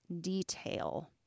detail